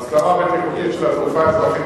ההסדרה הבטיחותית של התעופה האזרחית